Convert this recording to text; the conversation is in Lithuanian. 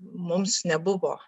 mums nebuvo